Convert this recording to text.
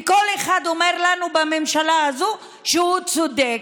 וכל אחד אומר לנו בממשלה הזו שהוא צודק.